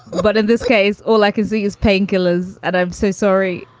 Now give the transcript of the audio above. but in this case, all i can see is painkillers that i'm so sorry.